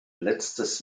letztes